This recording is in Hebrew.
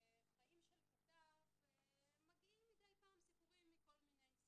בחיים של הכתב מגיעים מדי פעם סיפורים מכל מיני סגנונות.